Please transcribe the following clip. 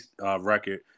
record